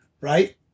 Right